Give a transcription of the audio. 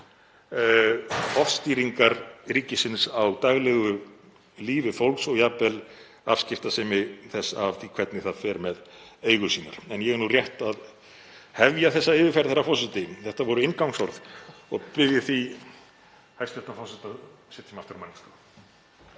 ofstýringar ríkisins á daglegu lífi fólks og jafnvel afskiptasemi þess af því hvernig það fer með eigur sínar. En ég er nú rétt að hefja þessa yfirferð, herra forseti, þetta voru inngangsorð. Ég bið því hæstv. forseta að setja mig aftur á mælendaskrá.